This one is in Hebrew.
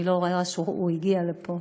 אני לא רואה שהוא הגיע לפה.